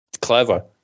clever